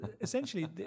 essentially